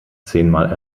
zehnmal